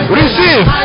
receive